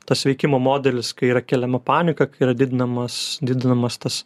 tas veikimo modelis kai yra keliama panika kai yra didinamas didinamas tas